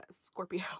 Scorpio